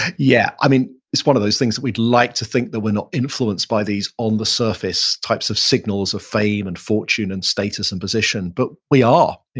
yeah, i mean it's one of those things that we'd like to think that we're not influenced by these on the surface types of signals of fame and fortune and status and position. but we are,